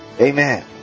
Amen